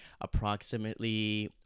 approximately